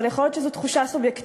אבל יכול להיות שזו תחושה סובייקטיבית,